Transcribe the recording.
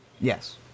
Yes